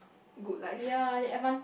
good life